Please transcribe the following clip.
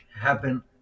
happen